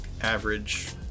average